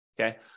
okay